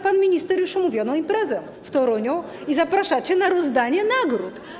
Pan minister ma już umówioną imprezę w Toruniu i zapraszacie na rozdanie nagród.